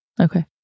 Okay